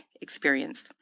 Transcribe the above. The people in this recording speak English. experience